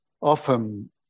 often